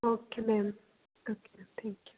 okay ma'am thank you